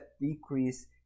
decrease